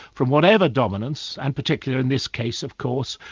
from whatever dominance, and particularly in this case of course,